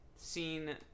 seen